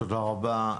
תודה רבה.